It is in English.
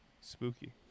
Spooky